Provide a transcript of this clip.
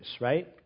right